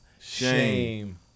Shame